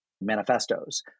manifestos